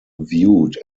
viewed